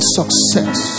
success